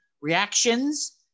reactions